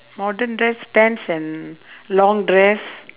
modern dress pants and long dress